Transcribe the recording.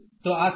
તો આ શું છે